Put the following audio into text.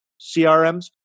CRMs